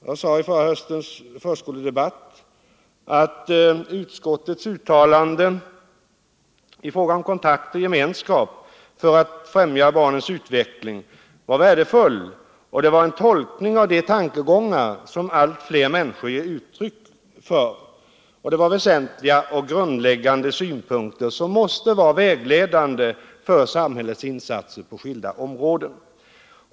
Jag sade i förra höstens förskoledebatt att utskottets uttalande i fråga om kontakt och gemenskap för att främja barnens utveckling var värdefullt och att det var en tolkning av de tankegångar som allt fler människor ger uttryck för. Detta var väsentliga och grundläggande synpunkter, som måste vara vägledande för samhällets insatser på skilda områden.